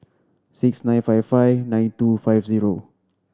six nine five five nine two five zero